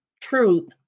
truth